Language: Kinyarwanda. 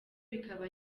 bikaba